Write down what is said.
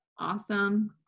Awesome